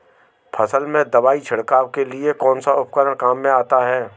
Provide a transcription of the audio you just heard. फसल में दवाई छिड़काव के लिए कौनसा उपकरण काम में आता है?